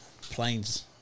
Planes